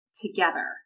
together